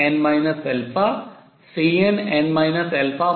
2h है